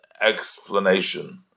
explanation